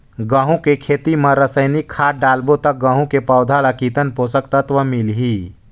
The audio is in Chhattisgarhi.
गंहू के खेती मां रसायनिक खाद डालबो ता गंहू के पौधा ला कितन पोषक तत्व मिलही?